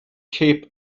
keep